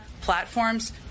platforms